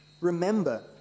Remember